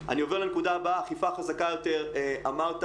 ולכן,